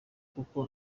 kuko